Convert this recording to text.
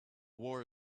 war